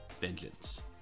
Vengeance